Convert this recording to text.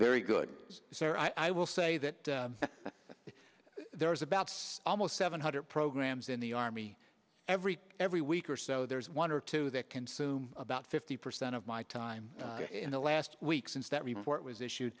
a good i will say that there was about almost seven hundred programs in the army every every week or so there's one or two that consumed about fifty percent of my time in the last week since that report was issue